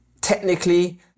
technically